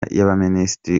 y’abaminisitiri